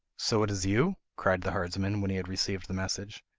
so it is you cried the herdsman, when he had received the message.